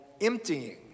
emptying